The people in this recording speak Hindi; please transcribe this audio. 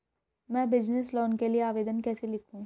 मैं बिज़नेस लोन के लिए आवेदन कैसे लिखूँ?